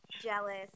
Jealous